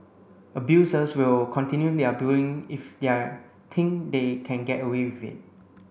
abusers will continue their bullying if they think they can get away with it